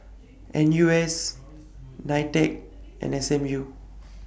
N U S NITEC and S M U